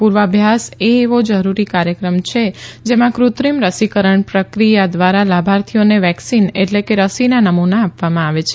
પુર્વાભ્યાસ એ એવો જરૂરી કાર્યક્રમ છે જેમાં ફત્રિમ રસીકરણ પ્રક્રિયા ધ્વારા લાભાર્થીઓને વેકસીન એટલે કે રસીના નમુના આપવામાં આવે છે